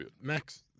Max